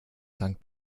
sankt